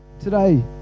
Today